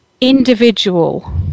individual